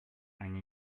они